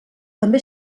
també